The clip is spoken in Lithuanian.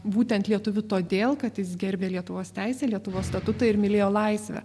būtent lietuviu todėl kad jis gerbė lietuvos teisę lietuvos statutą ir mylėjo laisvę